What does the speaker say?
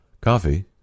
Coffee